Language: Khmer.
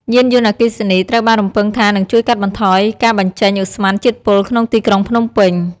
យានយន្តអគ្គីសនីត្រូវបានរំពឹងថា នឹងជួយកាត់បន្ថយការបញ្ចេញឧស្ម័នជាតិពុលក្នុងទីក្រុងភ្នំពេញ។